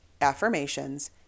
affirmations